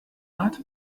art